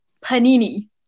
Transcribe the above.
panini